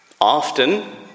often